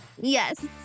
Yes